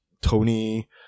Tony